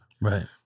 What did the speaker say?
Right